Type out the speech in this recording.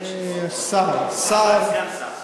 אה, שר, שר, סגן שר.